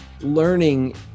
learning